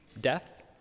death